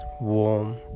warm